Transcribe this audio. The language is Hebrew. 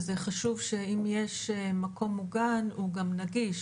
שזה חשוב שאם יש מקום מוגן הוא גם נגיש,